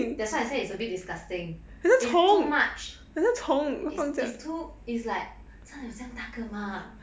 that's why I say it's a bit disgusting it's too much it's too it's like 真的有这样大个吗